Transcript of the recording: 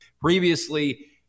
Previously